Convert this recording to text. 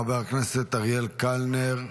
חבר הכנסת אריאל קלנר,